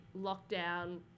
lockdown